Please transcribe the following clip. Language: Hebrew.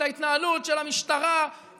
את ההתנהלות של המשטרה,